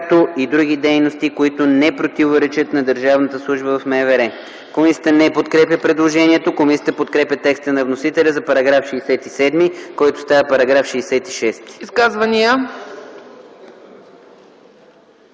Комисията не подкрепя предложението. Комисията подкрепя текста на вносителя за § 75, който става § 74.